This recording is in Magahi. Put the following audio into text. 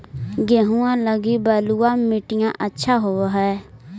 गेहुआ लगी बलुआ मिट्टियां अच्छा होव हैं?